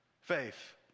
faith